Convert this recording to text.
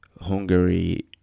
Hungary